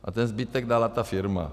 A zbytek dala ta firma.